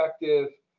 effective